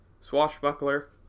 swashbuckler